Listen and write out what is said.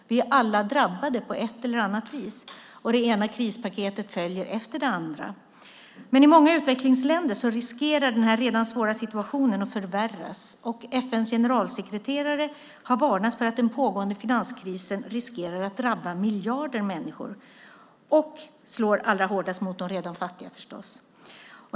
Vi är alla drabbade på ett eller annat vis. Det ena krispaketet följer efter det andra. I många utvecklingsländer riskerar den här redan svåra situationen att förvärras. FN:s generalsekreterare har varnat för att den pågående finanskrisen riskerar att drabba miljarder människor. Den slår allra hårdast mot de redan fattiga förstås.